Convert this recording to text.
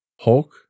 Hulk